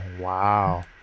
Wow